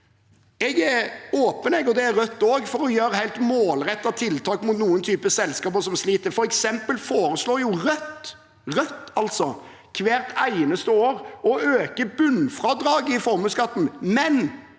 Jeg er åpen, jeg, og det er Rødt også, for å gjøre helt målrettede tiltak for noen typer selskaper som sliter. For eksempel foreslår Rødt – Rødt altså – hvert eneste år å øke bunnfradraget i formuesskatten, men